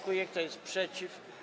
Kto jest przeciw?